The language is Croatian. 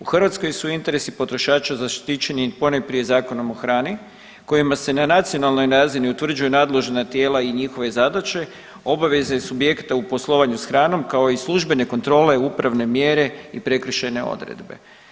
U Hrvatskoj su interesi potrošača zaštićeni ponajprije Zakonom o hrani kojima se na nacionalnoj razini utvrđuje nadležna tijela i njihove zadaće, obaveze subjekta u poslovanju sa hranom kao i službene kontrole, upravne mjere i prekršajne odredbe.